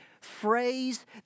phrase